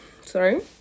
Sorry